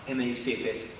and me cfs,